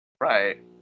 Right